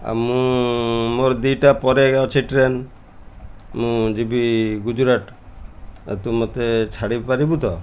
ଆଉ ମୁଁ ମୋର ଦୁଇଟା ପରେ ଅଛି ଟ୍ରେନ୍ ମୁଁ ଯିବି ଗୁଜୁରାଟ ଆଉ ତୁ ମୋତେ ଛାଡ଼ି ପାରିବୁ ତ